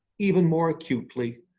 even more acutely